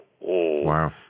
Wow